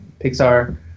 Pixar